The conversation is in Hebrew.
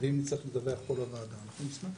ואם נצטרך לדווח פה לוועדה על ההסכם, אנחנו נשמח.